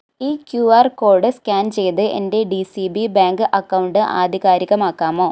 ഈ Q R code scan ചെയ്ത് എന്റെ D C B bank account ആധികാരികമാക്കാമോ